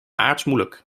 aartsmoeilijk